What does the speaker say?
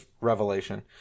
revelation